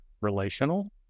relational